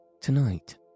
Tonight